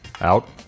Out